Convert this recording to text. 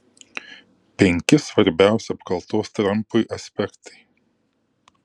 penki svarbiausi apkaltos trampui aspektai